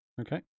okay